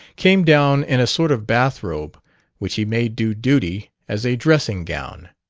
came down in a sort of bathrobe which he made do duty as a dressing-gown.